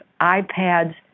iPads